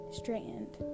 straightened